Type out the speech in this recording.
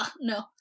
No